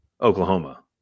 Oklahoma